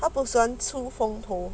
他不喜欢出风头